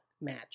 match